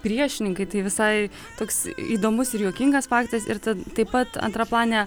priešininkai tai visai toks įdomus ir juokingas partijas ir tad taip pat antraplanė